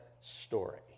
story